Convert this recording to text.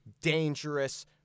dangerous